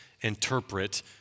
interpret